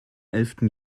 elften